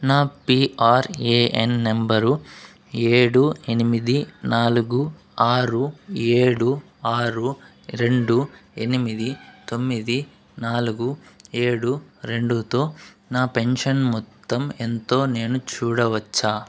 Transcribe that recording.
నా PRAN number ఏడు ఎనిమిది నాలుగు ఆరు ఏడు ఆరు రెండు ఎనిమిది తొమ్మిది నాలుగు ఏడు రెండుతో నా పెన్షన్ మొత్తం ఎంతో నేను చూడవచ్చా